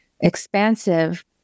expansive